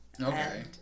Okay